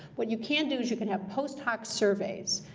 what you can do is you can have post hoc surveys.